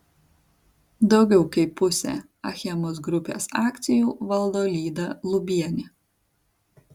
daugiau kaip pusę achemos grupės akcijų valdo lyda lubienė